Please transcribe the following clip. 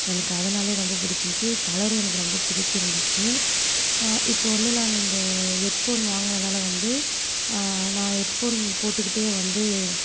எனக்கு அதனாலேயே ரொம்ப பிடிச்சிருந்துச்சி கலரும் எனக்கு ரொம்ப பிடிச்சிருந்துச்சி இப்போது வந்து நான் இந்த ஹெட் ஃபோன் வாங்கினதால வந்து நான் ஹெட் ஃபோன் போட்டுக்கிட்டே வந்து